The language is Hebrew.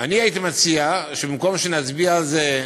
אני הייתי מציע שבמקום שנצביע על זה,